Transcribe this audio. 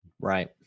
Right